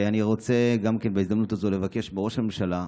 ואני רוצה גם בהזדמנות הזו לבקש מראש הממשלה,